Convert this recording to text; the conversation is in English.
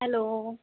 hello